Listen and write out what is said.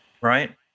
Right